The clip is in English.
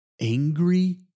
angry